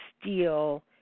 steel